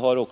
Bromma.